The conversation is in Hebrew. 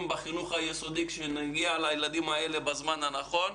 בחינוך היסודי כדי שנגיע לילדים האלה בזמן הנכון.